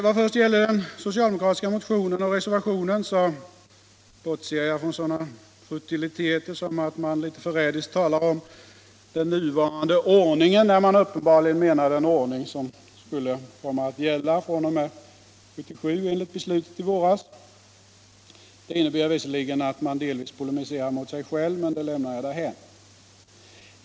Vad gäller den socialdemokratiska motionen och reservationen bortser jag från sådana futiliteter som att man litet förrädiskt talar om ”den nuvarande ordningen”, när man uppenbarligen menar den ordning som enligt beslutet i våras skulle komma att gälla fr.o.m. 1977. Det innebär visserligen att man delvis polemiserar mot sig själv, men det lämnar jag därhän.